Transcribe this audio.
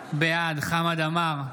בעד חמד עמאר,